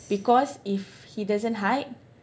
because if he doesn't hide